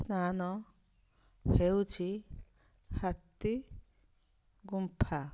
ସ୍ନାନ ହେଉଛି ହାତୀ ଗୁମ୍ଫା